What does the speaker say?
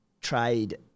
trade